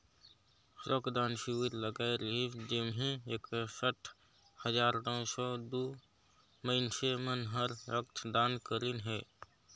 रक्त दान सिविर लगाए रिहिस जेम्हें एकसठ हजार नौ सौ दू मइनसे मन हर रक्त दान करीन हे